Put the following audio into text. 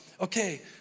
okay